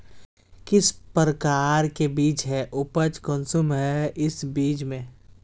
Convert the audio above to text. किस प्रकार के बीज है उपज कुंसम है इस बीज में?